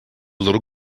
little